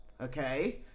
okay